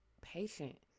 patient